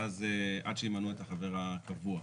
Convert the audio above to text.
עד שימנו את החבר הקבוע.